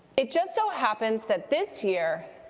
it just so happens that this year,